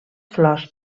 flors